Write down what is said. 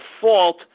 fault